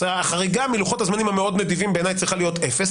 החריגה מלוחות הזמנים המאוד נדיבים בעיני צריכה להיות אפס.